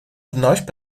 вновь